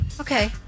Okay